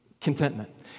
contentment